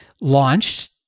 launched